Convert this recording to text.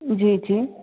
जी जी